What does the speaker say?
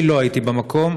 אני לא הייתי במקום,